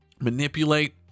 manipulate